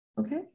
Okay